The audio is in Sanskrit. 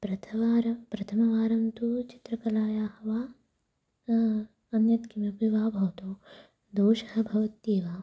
प्रथमवारं प्रथमवारं तु चित्रकलायाः वा अन्यत् किमपि वा भवतु दोषः भवत्येव